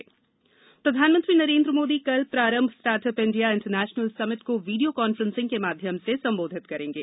PM startup India प्रधानमंत्री नरेंद्र मोदी कल प्रारम्भ स्टार्टअप इंण्डिया इंटरनेशनल समिट को वीडियो कांफ्रेंन्सिंग के माध्यम से संबोधित करेंगे